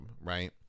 right